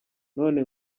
none